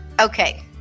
Okay